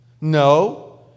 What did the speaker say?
No